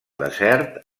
desert